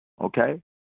Okay